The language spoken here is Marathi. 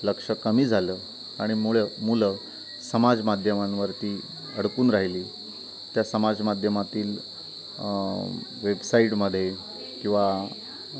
लक्ष कमी झालं आणि मुळ मुलं समाजमाध्यमांवरती अडकून राहिली त्या समाजमाध्यमातील वेबसाईटमध्ये किंवा